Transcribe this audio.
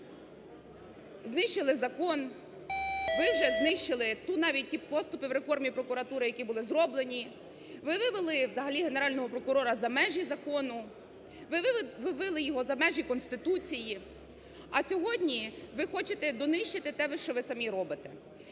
ви вже знищили закон, ви вже знищили ту… навіть ті поступи в реформі прокуратури, які були зроблені. Ви вивели взагалі Генерального прокурора за межі закону. Ви вивели його за межі Конституції. А сьогодні ви хочете донищити те, що ви самі робите.